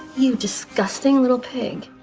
you disgusting little pig.